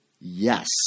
yes